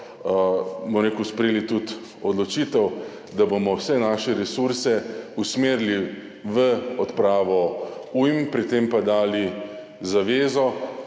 sprejeli tudi odločitev, da bomo vse naše resurse usmerili v odpravo ujm, pri tem pa dali zavezo,